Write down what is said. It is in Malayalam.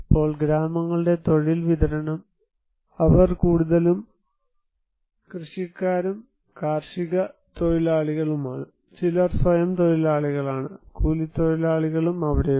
ഇപ്പോൾ ഗ്രാമങ്ങളുടെ തൊഴിൽ വിതരണം അവർ കൂടുതലും ഉംകൃഷിക്കാരും കാർഷിക തൊഴിലാളികളുമാണ് ചിലർ സ്വയംതൊഴിലാളികളാണ് കൂലിത്തൊഴിലാളികളും അവിടെയുണ്ട്